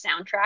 soundtrack